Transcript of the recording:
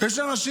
יש אנשים